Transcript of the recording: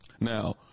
Now